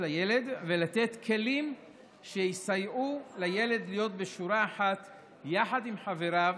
לילד ולתת כלים שיסייעו לילד להיות בשורה אחת עם חבריו